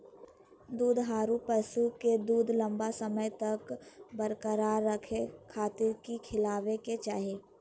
दुधारू पशुओं के दूध लंबा समय तक बरकरार रखे खातिर की खिलावे के चाही?